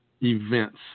events